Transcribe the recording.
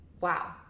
wow